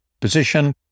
position